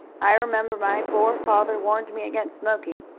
i remember my poor father warned me against smoking.